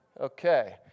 Okay